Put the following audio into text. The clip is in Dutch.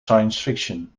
sciencefiction